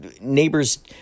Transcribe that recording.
neighbors